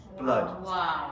blood